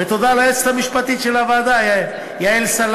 ותודה ליועצת המשפטית של הוועדה יעל סלנט.